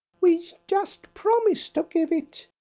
we just promise to give it.